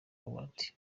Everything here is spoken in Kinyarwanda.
award